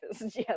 Yes